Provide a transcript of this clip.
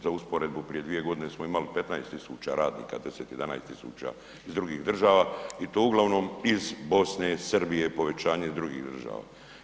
Za usporedbu prije 2.g. smo imali 15 000 radnika, 10-11 000 iz drugih država i to uglavnom iz Bosne, Srbije, povećanje iz drugih država.